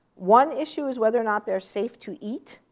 one issue is whether or not they're safe to eat.